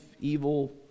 evil